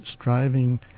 striving